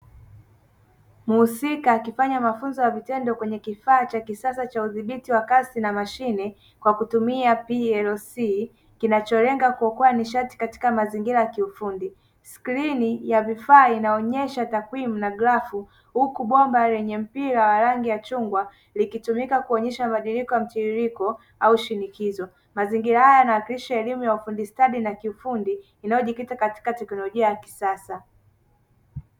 Mhusika akifanya mafunzo ya vitendo kwenye kifaa cha kisasa cha udhibiti wa kazi na mashine kwa kutumia plc kinacholenga kuokoa nishati katika mazingira ya kiufundi, skrini ya vifaa inaonyesha takwimu na grafu, huku bomba lenye mpira wa rangi ya chungwa likitumika kuonyesha mabadiliko ya mtiririko au shinikizo, mazingira haya yanawakilisha elimu ya ufundi stadi na kifundi inayojikita katika teknolojia ya kisasa.